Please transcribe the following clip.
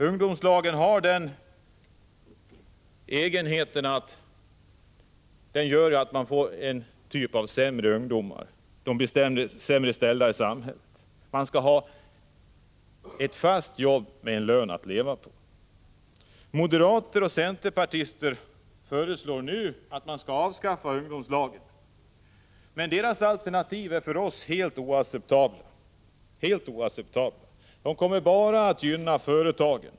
Ungdomslagen har den egenheten att man får en typ av ungdomar som blir sämre ställda i samhället. Man skall ha ett fast jobb med en lön att leva på. Moderater och centerpartister föreslår nu att ungdomslagen skall avskaffas. Men deras alternativ är för oss helt oacceptabla. De kommer bara att gynna företagen.